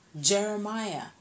Jeremiah